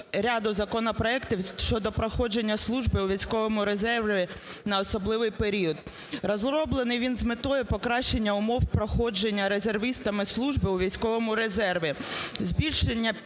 Розроблений він з метою покращення умов проходження резервістами служби у військовому резерві,